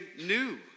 new